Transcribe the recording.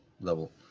level